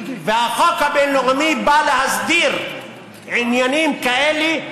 והחוק הבין-לאומי בא להסדיר עניינים כאלה,